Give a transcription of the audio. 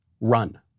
run